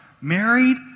married